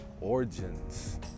origins